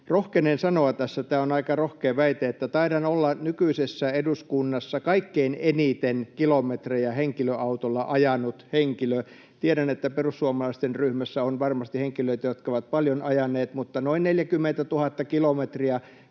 Rohkenen sanoa tässä — tämä on aika rohkea väite — että taidan olla nykyisessä eduskunnassa kaikkein eniten kilometrejä henkilöautolla ajanut henkilö. Tiedän, että perussuomalaisten ryhmässä on varmasti henkilöitä, jotka ovat paljon ajaneet, mutta noin 40 000 kilometriä